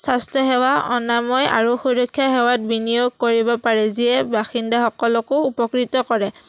স্বাস্থ্যসেৱা অনাময় আৰু সুৰক্ষা সেৱাত বিনিয়োগ কৰিব পাৰে যিয়ে বাসিন্দাসকলকো উপকৃত কৰে